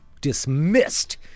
dismissed